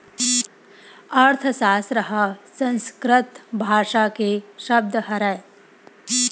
अर्थसास्त्र ह संस्कृत भासा के सब्द हरय